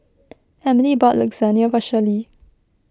Emilee bought Lasagne for Shirley